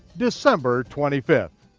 december twenty fifth.